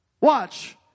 Watch